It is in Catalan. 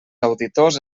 auditors